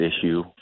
issue